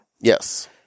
Yes